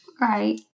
Right